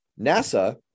NASA